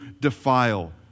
defile